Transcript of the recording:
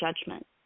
judgment